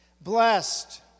blessed